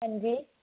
ਹਾਂਜੀ